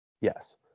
Yes